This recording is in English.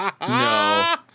no